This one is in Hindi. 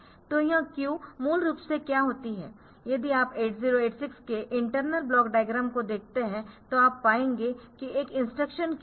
तो यह क्यू मूल रूप से क्या होती है यदि आप 8086 के इंटर्नल ब्लॉक डायग्राम को देखते है तो आप पाएंगे कि एक इंस्ट्रक्शन क्यू है